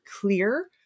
clear